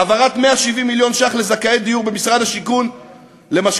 העברת 170 מיליון שקלים לזכאי דיור במשרד השיכון למשכנתאות